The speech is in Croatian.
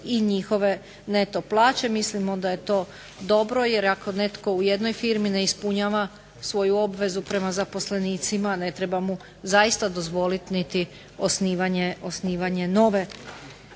i njihove neto plaće. Mislimo da je to dobro, jer ako netko u jednoj firmi ne ispunjava svoju obvezu prema zaposlenicima ne treba mu zaista dozvoliti niti osnivanje nove